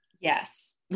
Yes